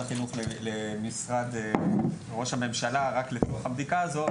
החינוך למשרד ראש הממשלה רק לצורך הבדיקה הזו,